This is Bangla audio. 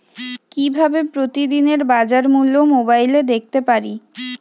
কিভাবে প্রতিদিনের বাজার মূল্য মোবাইলে দেখতে পারি?